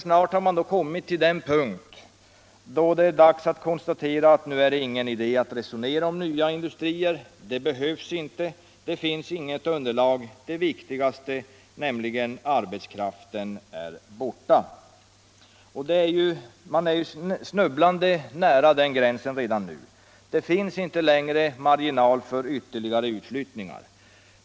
Snart har man kommit till den punkt då det är dags att konstatera att det inte är någon idé att resonera om nya industrier; det behövs inte — det finns inget underlag. Det viktigaste, nämligen arbetskraften, är borta. Man är snubblande nära den gränsen redan nu. Det finns inte längre marginal för ytterligare utflyttningar.